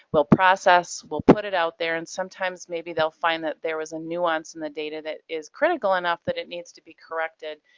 we'll process, we'll put it out there, and sometimes maybe they'll find that there was a nuance in the data that is critical enough that it needs to be corrected.